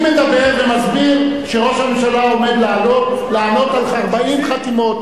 אני מדבר ומסביר שראש הממשלה עומד לעלות לענות על 40 חתימות,